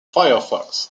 firefox